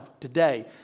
today